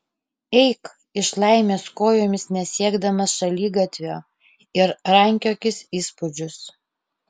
eik iš laimės kojomis nesiekdamas šaligatvio ir rankiokis įspūdžius